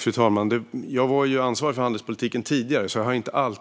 Fru talman! Jag var ansvarig för handelspolitiken tidigare, så jag har inte